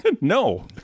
no